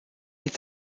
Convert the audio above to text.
est